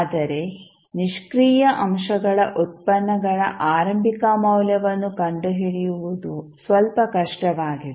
ಆದರೆ ನಿಷ್ಕ್ರಿಯ ಅಂಶಗಳ ಉತ್ಪನ್ನಗಳ ಆರಂಭಿಕ ಮೌಲ್ಯವನ್ನು ಕಂಡುಹಿಡಿಯುವುದು ಸ್ವಲ್ಪ ಕಷ್ಟವಾಗಿದೆ